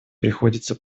приходится